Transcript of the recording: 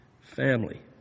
family